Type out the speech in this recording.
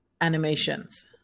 animations